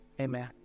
Amen